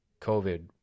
covid